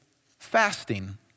fasting